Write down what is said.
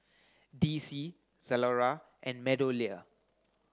D C Zalora and MeadowLea